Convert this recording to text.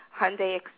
Hyundai